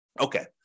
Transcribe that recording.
Okay